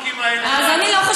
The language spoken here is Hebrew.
צריך להגיד תודה על, לא, זה לא.